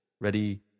Ready